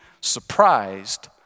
surprised